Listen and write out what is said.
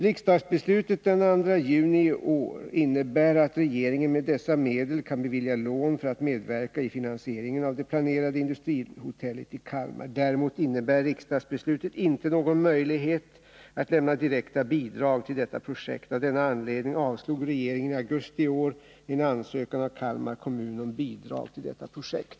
Riksdagsbeslutet den 2 juni i år innebär att regeringen med dessa medel kan bevilja lån för att medverka i finansieringen av det planerade industrihotellet i Kalmar. Däremot innebär riksdagsbeslutet inte någon möjlighet att lämna direkta bidrag till detta projekt. Av denna anledning avslog regeringen i augusti i år en ansökan av Kalmar kommun om bidrag till detta projekt.